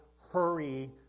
hurry